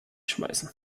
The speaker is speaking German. schmeißen